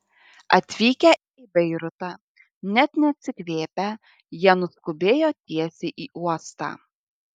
atvykę į beirutą net neatsikvėpę jie nuskubėjo tiesiai į uostą